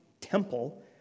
temple